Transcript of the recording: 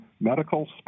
medical